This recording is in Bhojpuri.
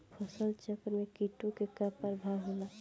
फसल चक्रण में कीटो का का परभाव होला?